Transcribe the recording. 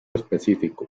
específico